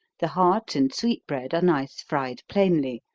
the heart and sweet bread are nice fried plainly,